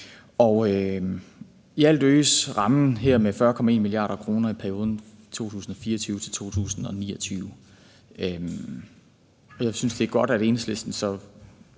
omfanget af rammen med 40,1 mia. kr. i perioden fra 2024 til 2029. Jeg synes, det er godt, at Enhedslisten